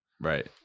Right